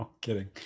kidding